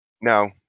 No